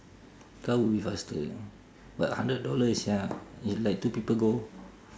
car would be faster but hundred dollar sia if like two people go